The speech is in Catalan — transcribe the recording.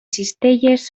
cistelles